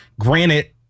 Granted